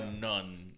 none